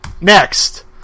Next